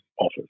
office